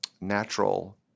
natural